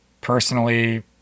personally